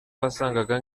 wasangaga